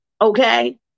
okay